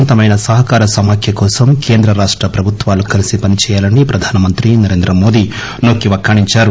అర్ధవంతమైన సహకార సమాఖ్య కోసం కేంద్ర రాష్ట ప్రభుత్వాలు కలిసి పని చేయాలని ప్రధాన మంత్రి నరేంద్ర మోదీ నొక్కి వక్కాణించారు